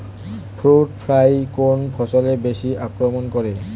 Fruit fly কোন ফসলে বেশি আক্রমন করে?